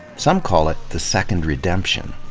some call it the second redemption.